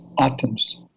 atoms